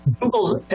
Google's